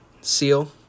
seal